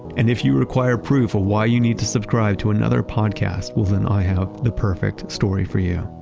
and if you require proof of why you need to subscribe to another podcast, well then i have the perfect story for you.